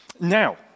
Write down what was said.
Now